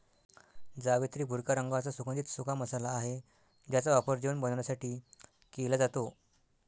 जावेत्री भुरक्या रंगाचा सुगंधित सुका मसाला आहे ज्याचा वापर जेवण बनवण्यासाठी केला जातो